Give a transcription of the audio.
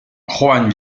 juan